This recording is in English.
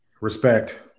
Respect